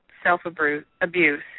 self-abuse